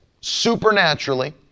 Supernaturally